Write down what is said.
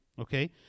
okay